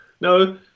no